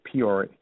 PR